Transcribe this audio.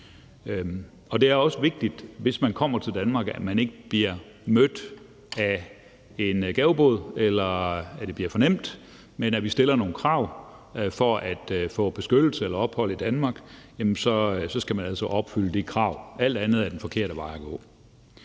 er det derfor også vigtigt, at man ikke bliver mødt af en gavebod, eller at det bliver for nemt, men at vi stiller nogle krav. For at få beskyttelse eller ophold i Danmark skal man altså opfylde de krav. Alt andet er den forkerte vej at gå.